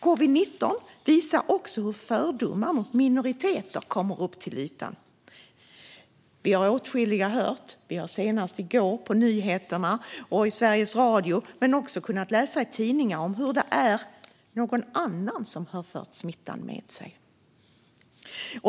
Covid-19 visar också hur fördomar mot minoriteter kommer upp till ytan. Vi är åtskilliga som har hört, senast i går på nyheterna och i Sveriges Radio, och kunnat läsa i tidningar om hur det är någon annan som har fört smittan med sig.